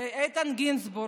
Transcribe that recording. איתן גינזבורג,